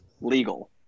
legal